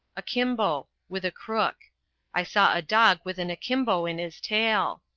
akimbo with a crook i saw a dog with an akimbo in his tail.